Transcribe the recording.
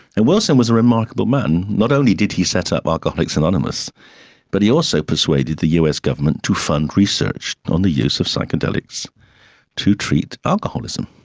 and wilson was a remarkable man. not only did he set up alcoholics anonymous but he also persuaded the us government to fund research on the use of psychedelics to treat alcoholism.